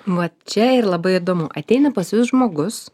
vat čia ir labai įdomu ateina pas jus žmogus